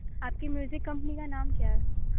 आपकी music company का नाम क्या है